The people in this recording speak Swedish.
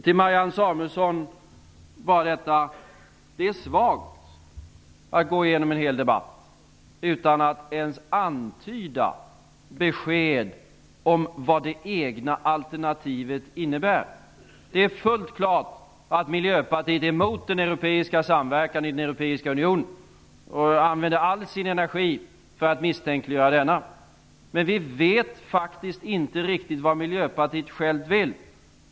Till Marianne Samuelsson: Det är svagt att under en hel debatt inte ens antyda ett besked om vad det egna alternativet innebär. Det är fullt klart att Miljöpartiet är emot den europeiska samverkan i den europeiska unionen och att ni använder all energi för att misstänkliggöra den. Men vi vet faktiskt inte riktigt vad Miljöpartiet självt vill.